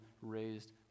raised